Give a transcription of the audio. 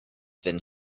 than